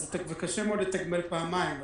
וקשה מאוד לתגמל פעמיים.